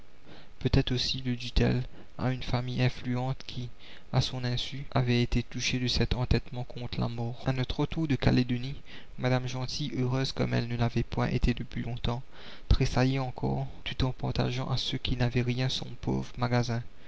peut-être aussi le dut-elle à une famille influente qui à son insu avait été touchée de cet entêtement contre la mort a notre retour de calédonie madame gentil heureuse comme elle ne l'avait point été depuis longtemps tressaillait encore tout en partageant à ceux qui n'avaient rien son pauvre magasin